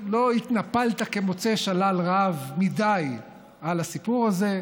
לא התנפלת כמוצא שלל רב מדי על הסיפור הזה,